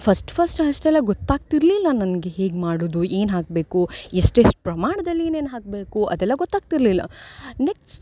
first first ಅಷ್ಟೆಲ್ಲ ಗೊತ್ತಾಗ್ತಿರಲಿಲ್ಲ ನನಗೆ ಹೇಗೆ ಮಾಡುದು ಏನು ಹಾಕಬೇಕು ಎಷ್ಟೆಷ್ಟು ಪ್ರಮಾಣದಲ್ಲಿ ಏನೇನು ಹಾಕಬೇಕು ಅದೆಲ್ಲ ಗೊತ್ತಾಗ್ತಿರಲಿಲ್ಲ ನೆಕ್ಸ್ಟ್